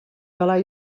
the